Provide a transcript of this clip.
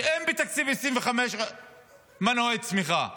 כי אין בתקציב 2025 מנועי צמיחה.